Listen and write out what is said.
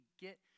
get